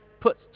put